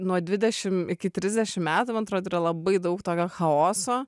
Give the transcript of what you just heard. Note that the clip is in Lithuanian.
nuo dvidešimt iki trisdešimt metų man atrodo yra labai daug tokio chaoso